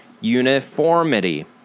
uniformity